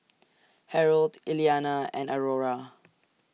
Harold Iliana and Aurora